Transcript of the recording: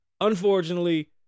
unfortunately